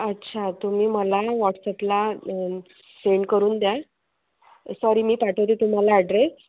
अच्छा तुम्ही मला ही व्हॉट्सअपला सेंड करून द्या सॉरी मी पाठवते तुम्हाला ॲड्रेस